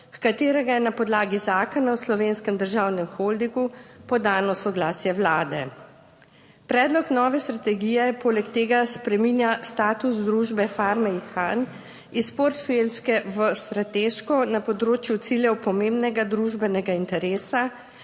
katerega je na podlagi Zakona o Slovenskem državnem holdingu podano soglasje Vlade. Predlog nove strategije poleg tega spreminja status družbe Farme Ihan iz portfelske v strateško na področju ciljev pomembnega družbenega interesa,